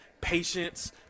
patience